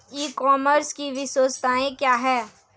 ई commerce की विशेषताएं क्या हैं?